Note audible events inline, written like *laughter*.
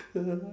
*laughs*